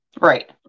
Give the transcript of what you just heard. Right